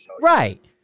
Right